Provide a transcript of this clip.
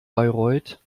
bayreuth